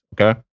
Okay